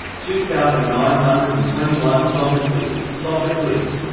two thousand nine hundred and twenty one sophocles sophocles